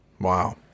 Wow